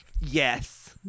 Yes